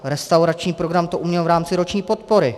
Restaurační program to uměl v rámci roční podpory.